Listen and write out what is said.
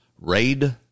raid